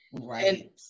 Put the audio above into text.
Right